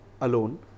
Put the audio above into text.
alone